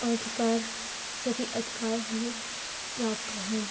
अधिकार सभी अधिकार हमें प्राप्त हैं